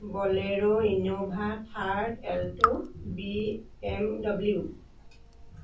bolero Innova Thar alto BMW